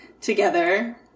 together